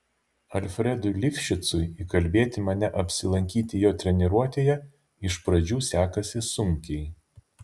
alfredui lifšicui įkalbėti mane apsilankyti jo treniruotėje iš pradžių sekasi sunkiai